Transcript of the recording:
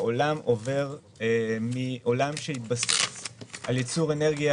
שהעולם עובר מעולם שהתבסס על ייצור אנרגיה